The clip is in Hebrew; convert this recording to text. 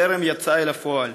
טרם יצאה אל הפועל,